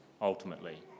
ultimately